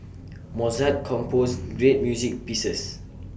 Mozart composed great music pieces